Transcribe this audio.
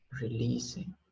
releasing